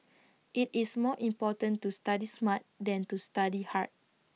IT is more important to study smart than to study hard